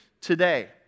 today